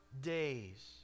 days